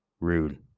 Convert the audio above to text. rude